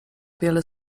wiele